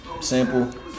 sample